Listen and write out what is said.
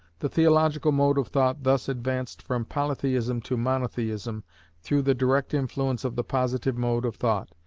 the theological mode of thought thus advanced from polytheism to monotheism through the direct influence of the positive mode of thought,